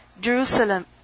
Jerusalem